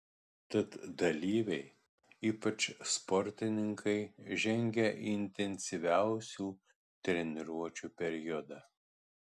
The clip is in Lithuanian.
tad dalyviai ypač sportininkai žengia į intensyviausių treniruočių periodą